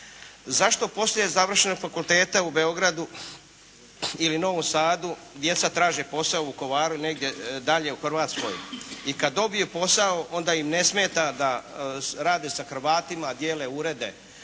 Zašto poslije završenog fakulteta u Beogradu ili Novom Sadu djeca traže posao u Vukovaru ili negdje dalje u Hrvatskoj. I kad dobije posao onda im ne smeta da rade sa Hrvatima, dijele urede.